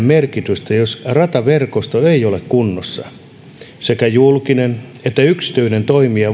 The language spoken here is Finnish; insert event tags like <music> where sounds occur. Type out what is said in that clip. <unintelligible> merkitystä jos rataverkosto ei ole kunnossa sekä julkinen että yksityinen toimija <unintelligible>